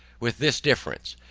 with this difference,